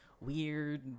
weird